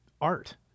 art